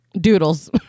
Doodles